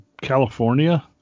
California